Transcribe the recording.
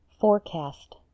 forecast